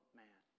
man